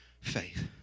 faith